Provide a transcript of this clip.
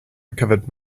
recovered